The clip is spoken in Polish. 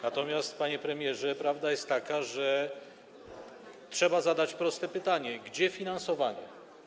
Natomiast, panie premierze, prawda jest taka, że trzeba zadać proste pytanie: Gdzie finansowanie?